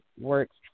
works